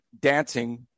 dancing